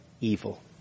evil